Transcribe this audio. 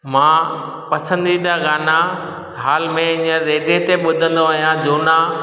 मां पसंदीदा गाना हाल में हींअर रेडिए ते ॿुधंदो आहियां झूना